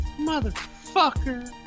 Motherfucker